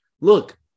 look